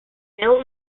bill